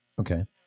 Okay